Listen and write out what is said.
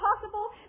possible